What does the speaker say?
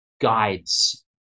guides